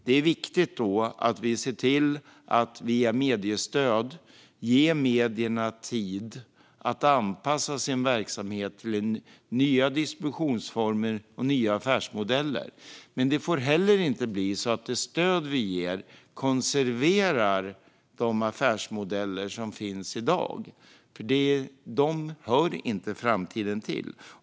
Det är viktigt att vi via mediestöd ser till att ge medierna tid att anpassa sin verksamhet till nya distributionsformer och nya affärsmodeller. Men det stöd vi ger får inte konservera de affärsmodeller som finns i dag; de hör inte framtiden till.